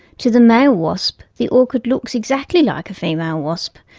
to the male wasp, the orchid looks exactly like a female wasp,